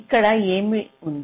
అక్కడ ఏమి ఉంది